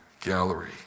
gallery